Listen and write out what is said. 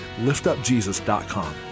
liftupjesus.com